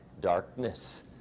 Darkness